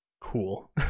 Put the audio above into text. cool